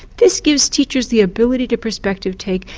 this gives teachers the ability to perspective-take,